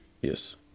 Yes